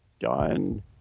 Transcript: John